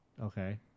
Okay